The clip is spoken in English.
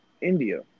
India